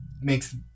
makes